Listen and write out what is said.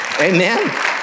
Amen